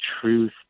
truth